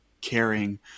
caring